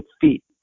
feet